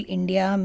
India